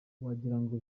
wagirango